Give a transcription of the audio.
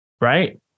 right